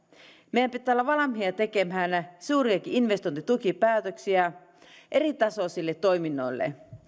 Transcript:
meidän pitää olla valmiita tekemään suuriakin investointitukipäätöksiä eritasoisille toiminnoille